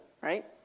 right